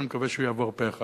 ואני מקווה שהוא יעבור פה אחד.